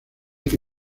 que